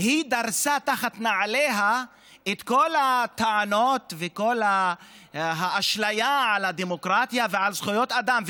דרסו תחת נעליהן את כל הטענות וכל האשליה של הדמוקרטיה ושל וזכויות אדם.